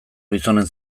gizonen